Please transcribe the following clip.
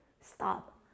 stop